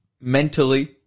mentally